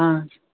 آ